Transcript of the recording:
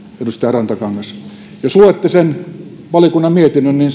edustaja rantakangas jos luette sen valiokunnan mietinnön niin